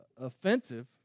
offensive